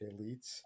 elites